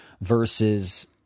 versus